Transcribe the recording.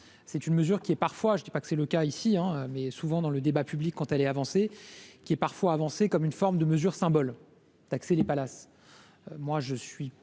c'est une mesure qui est parfois, je ne dis pas que c'est le cas ici, hein, mais souvent dans le débat public quand elle est avancée, qui est parfois avancé comme une forme de mesures symboles Taxer les palaces,